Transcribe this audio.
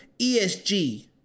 ESG